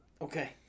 Okay